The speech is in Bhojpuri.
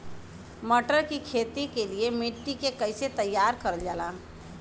मटर की खेती के लिए मिट्टी के कैसे तैयार करल जाला?